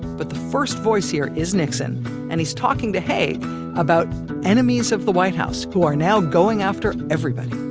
but the first voice here is nixon and he's talking to haig about enemies of the white house who are now going after everybody